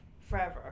forever